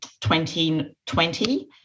2020